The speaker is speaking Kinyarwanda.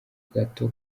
gato